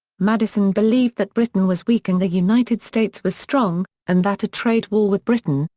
madison believed that britain was weak and the united states was strong, and that a trade war with britain,